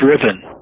driven